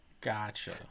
Gotcha